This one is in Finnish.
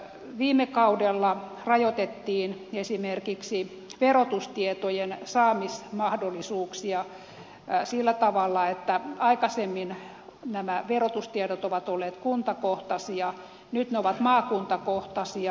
viime kaudella rajoitettiin esimerkiksi verotustietojen saamismahdollisuuksia sillä tavalla että aikaisemmin nämä verotustiedot ovat olleet kuntakohtaisia nyt ne ovat maakuntakohtaisia